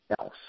else